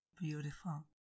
Beautiful